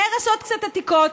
נהרסות קצת עתיקות,